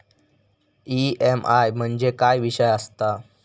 EMI म्हणजे काय विषय आसता?